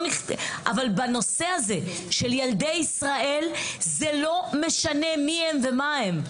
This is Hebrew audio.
אבל בנושא הזה של ילדי ישראל זה לא משנה מי הם ומה הם,